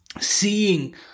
seeing